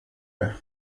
det